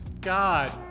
god